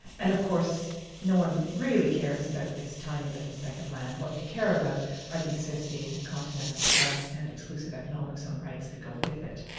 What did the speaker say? and of course no-one really cares about this tiny little speck of land, what they care about are the associated continental shelf and exclusive economics on rights that go with it.